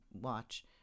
watch